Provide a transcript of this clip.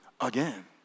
again